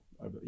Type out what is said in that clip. over